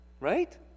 right